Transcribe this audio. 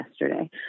Yesterday